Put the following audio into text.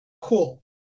cool